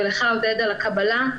ולך, עודד, על הקבלה.